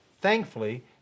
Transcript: thankfully